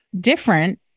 different